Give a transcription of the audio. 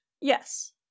Yes